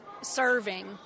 serving